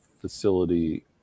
facility